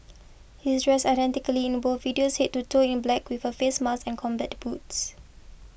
he's dressed identically in both videos head to toe in black with a face mask and combat boots